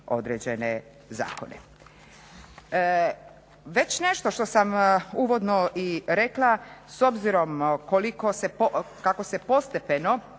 određene zakone. Već nešto što sam uvodno i rekla s obzirom koliko se, kako